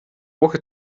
woche